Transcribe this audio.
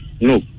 no